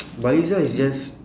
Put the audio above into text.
baliza is just